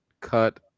cut